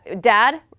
Dad